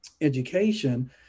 education